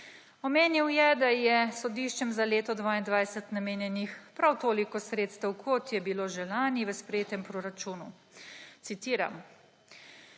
Omenil je, da je sodiščem za leto 2022 namenjenih prav toliko sredstev, kot je bilo že lani, v sprejetem proračunu. Citiram: